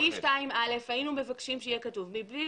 בסעיף 2(א) היינו מבקשים שיהיה כתוב "מבלי